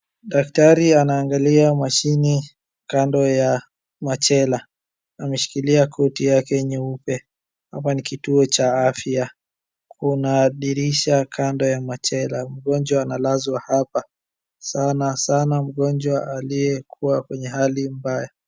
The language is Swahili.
Daktari anaangalia mashini kando ya machela. Ameshikilia koti yake nyeupe. Hapa ni kituo cha afya. Kuna dirisha kando ya machela. Mgonjwa analazwa hapa, sana sana mgonjwa aliyekuwa kwenye hali mbaya.